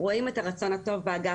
רואים את הרצון הטוב באגף,